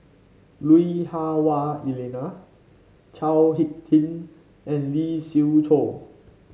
Lui Hah Wah Elena Chao HicK Tin and Lee Siew Choh